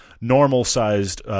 normal-sized